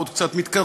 עוד קצת מתקרבים,